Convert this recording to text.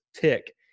tick